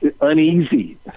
uneasy